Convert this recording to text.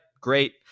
great